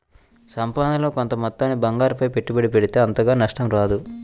సంపాదనలో కొంత మొత్తాన్ని బంగారంపై పెట్టుబడి పెడితే అంతగా నష్టం రాదు